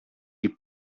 die